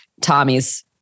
Tommy's